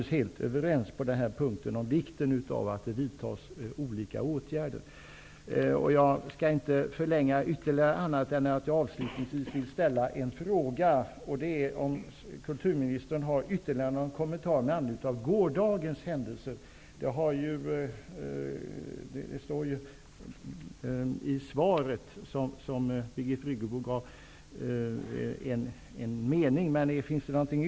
Vi är helt överens om vikten av att olika åtgärder vidtas. Avslutningsvis vill jag fråga om kulturministern har någon ytterligare kommentar till gårdagens händelser. I Birgit Friggebos svar nämndes det i en mening.